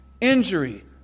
injury